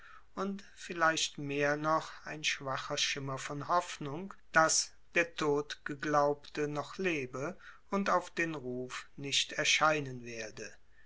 und vielleicht mehr noch ein schwacher schimmer von hoffnung daß der totgeglaubte noch lebe und auf den ruf nicht erscheinen werde